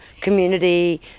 community